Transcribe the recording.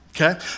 Okay